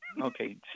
Okay